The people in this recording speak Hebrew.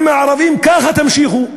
אתם הערבים ככה תמשיכו.